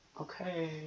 okay